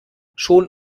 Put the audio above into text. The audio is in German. schon